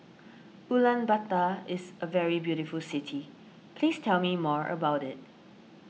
Ulaanbaatar is a very beautiful city please tell me more about it